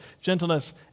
gentleness